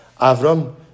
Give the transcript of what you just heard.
Avram